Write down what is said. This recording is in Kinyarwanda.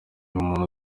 umuntu